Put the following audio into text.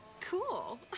Cool